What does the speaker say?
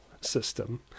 system